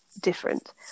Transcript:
different